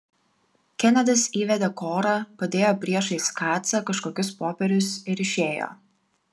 kenedis įvedė korą padėjo priešais kacą kažkokius popierius ir išėjo